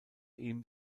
ihm